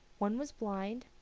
one was blind,